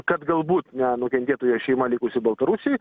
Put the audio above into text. kad galbūt nenukentėtų jo šeima likusi baltarusijoj